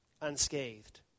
unscathed